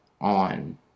on